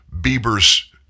Bieber's